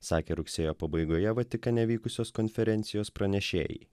sakė rugsėjo pabaigoje vatikane vykusios konferencijos pranešėjai